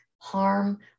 harm